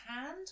hand